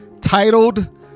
titled